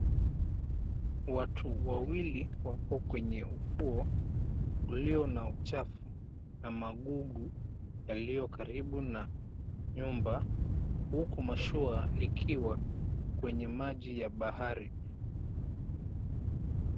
Watu wawili wako kwenye ufuo ulio na uchafu na magugu yaliyo karibu na nyumba, huku mashua likiwa kwenye maji ya bahari.